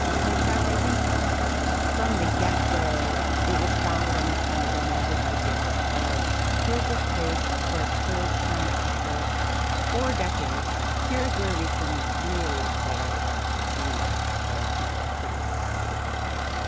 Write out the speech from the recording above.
and in fact i think from the get go it was founded on these kind of romantic ideals of the here's this place where kurds can after for decades. here's where we can really play out our dreams of you know what a kurdish society would look like